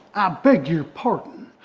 beg your pardon.